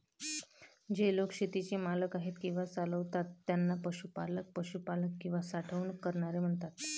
जे लोक शेतीचे मालक आहेत किंवा चालवतात त्यांना पशुपालक, पशुपालक किंवा साठवणूक करणारे म्हणतात